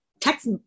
text